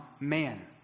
man